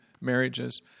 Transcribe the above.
marriages